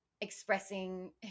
expressing